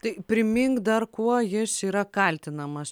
tai primink dar kuo jis yra kaltinamas